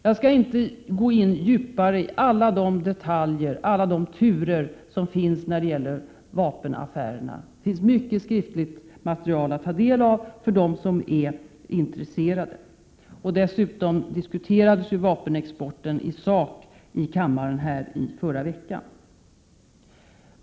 Jag skall inte gå in djupare i alla detaljer och turer när det gäller vapenaffärerna. Det finns mycket skriftligt material att ta del av för dem som är intresserade. Dessutom diskuterades ju vapenexporten i sak i kammaren i förra veckan.